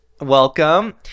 Welcome